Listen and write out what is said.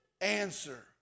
answer